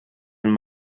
den